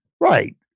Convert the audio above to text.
right